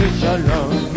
shalom